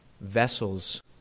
vessels